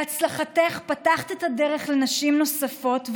בהצלחתך פתחת את הדרך לנשים נוספות,